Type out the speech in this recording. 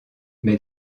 mais